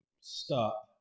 stop